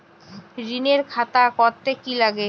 ঋণের খাতা করতে কি লাগে?